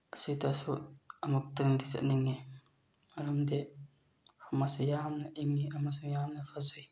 ꯑꯁꯤꯗꯁꯨ ꯑꯃꯨꯛꯇꯪꯗꯤ ꯆꯠꯅꯤꯡꯉꯤ ꯃꯔꯝꯗꯤ ꯃꯁꯤ ꯌꯥꯝꯅ ꯏꯪꯉꯤ ꯑꯃꯁꯨꯡ ꯌꯥꯝꯅ ꯐꯖꯩ